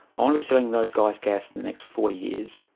want to be selling those guys gas in the next forty years.